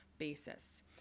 Basis